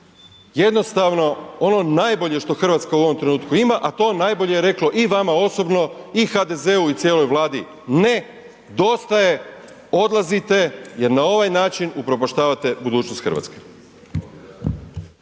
jednostavno ono najbolje što Hrvatska u ovom trenutku ima a to najbolje je reklo i vama osobno i HDZ-u i cijeloj Vladi ne, dosta je, odlazite jer na ovaj način upropaštavate budućnost Hrvatske.